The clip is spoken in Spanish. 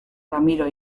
ramiro